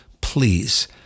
please